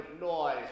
noise